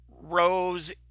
Rose